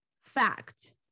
fact